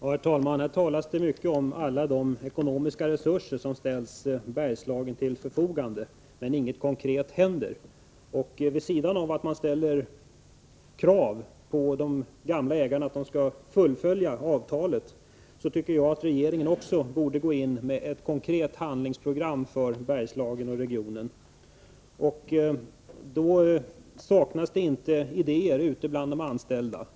Herr talman! Här talas det mycket om alla de ekonomiska resurser som ställs till Bergslagens förfogande, men ingenting konkret händer. Vid sidan av att man ställer krav på de gamla ägarna att de skall fullfölja avtalet, tycker jag att regeringen också borde gå in med ett konkret handlingsprogram för Bergslagen och för regionen. Det saknas inte idéer ute bland de anställda.